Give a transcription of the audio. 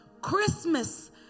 Christmas